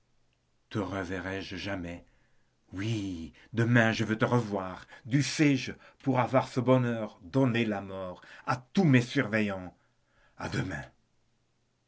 reverrai-je jamais oui demain je veux te revoir dussé-je pour avoir ce bonheur donner la mort à tous mes surveillants à demain